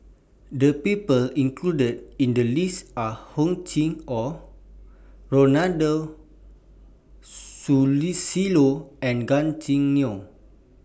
The People included in The list Are Hor Chim Or Ronald Susilo and Gan Choo Neo